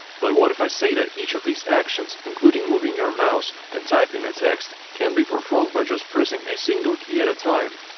but what if i say, that each of these actions including moving your mouse and typing a text can be performed by just pressing a single key at a time?